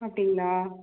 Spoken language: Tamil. அப்படிங்களா